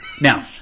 now